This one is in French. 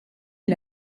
est